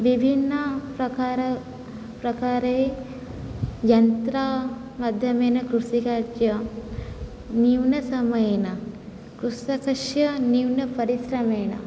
विभिन्नप्रकारैः प्रकारैः यन्त्रमाध्यमैः कृषिकार्यं न्यूनसमयेन कृषकस्य न्यूनपरिश्रमेण